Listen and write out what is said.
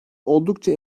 oldukça